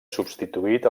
substituït